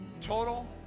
Total